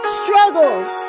struggles